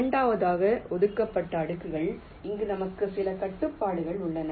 இரண்டாவதாக ஒதுக்கப்பட்ட அடுக்குகள் அங்கு நமக்கு சில கட்டுப்பாடுகள் உள்ளன